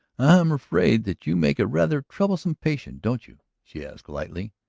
i am afraid that you make a rather troublesome patient, don't you? she asked lightly.